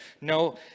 No